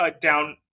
down